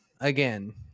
again